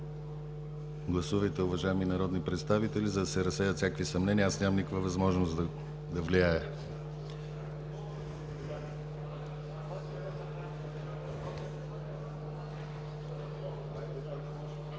Гласувайте, уважаеми народни представители, за да се разсеят всякакви съмнения. Аз нямам никаква възможност да влияя.